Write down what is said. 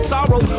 Sorrow